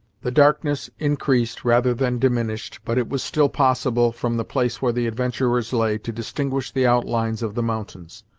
the darkness increased rather than diminished, but it was still possible, from the place where the adventurers lay, to distinguish the outlines of the mountains.